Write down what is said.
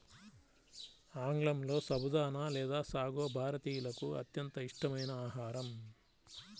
ఆంగ్లంలో సబుదానా లేదా సాగో భారతీయులకు అత్యంత ఇష్టమైన ఆహారం